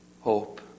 hope